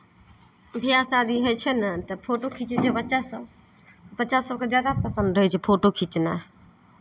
बियाह शादी होइ छै ने तऽ फोटो खीँचै छै बच्चासभ बच्चासभकेँ ज्यादा पसन्द होइ छै फोटो खिँचनाइ